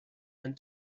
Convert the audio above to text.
and